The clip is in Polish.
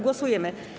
Głosujemy.